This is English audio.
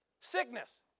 sickness